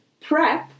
PrEP